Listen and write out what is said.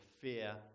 fear